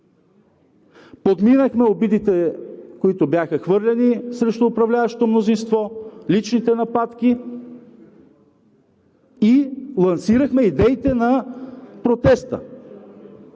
Подминахме обидите, които бяха хвърлени срещу управляващото мнозинство, личните нападки и лансирахме идеите на протеста.